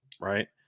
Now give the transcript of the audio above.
right